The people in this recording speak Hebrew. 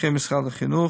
מפקחי משרד החינוך,